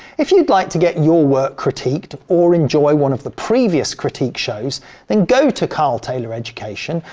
if you'd like to get your work critiqued, or enjoyed one of the previous critique shows then go to karl taylor education,